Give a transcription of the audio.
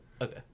Okay